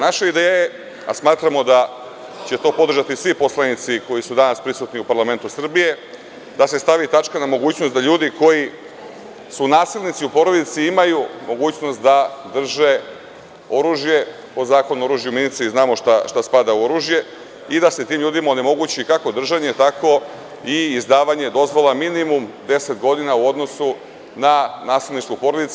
Naša ideja je, a smatramo da će to podržati svi poslanici koji su danas prisutni u parlamentu Srbije, da se stavi tačka na mogućnost da ljudi koji su nasilnici u porodici, imaju mogućnost da drže oružje, po Zakonu o oružju i municiji, znamo šta spada u oružje i da se tim ljudima onemogući kako držanje, tako i izdavanje dozvola, minimum deset godina u odnosu na nasilje u porodici.